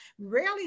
Rarely